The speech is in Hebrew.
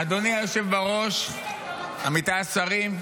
אדוני היושב בראש, עמיתיי השרים,